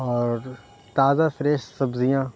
اور تازہ فریش سبزیاں